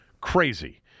Crazy